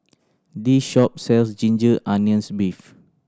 this shop sells ginger onions beef